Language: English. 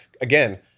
again